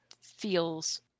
feels